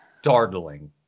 startling